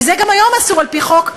כי זה גם היום אסור על-פי חוק,